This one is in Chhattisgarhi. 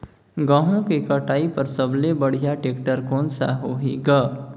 गहूं के कटाई पर सबले बढ़िया टेक्टर कोन सा होही ग?